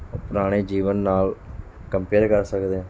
ਪੁਰਾਣੇ ਜੀਵਨ ਨਾਲ ਕੰਪੇਅਰ ਕਰ ਸਕਦੇ ਹਾਂ